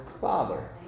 Father